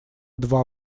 два